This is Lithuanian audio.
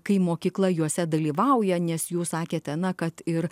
kai mokykla juose dalyvauja nes jūs sakėte na kad ir